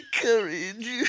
courage